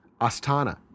Astana